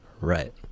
right